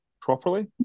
properly